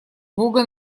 бога